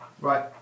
Right